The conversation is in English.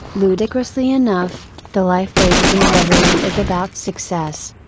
ludicrously enough, the life wasting reverie is about success.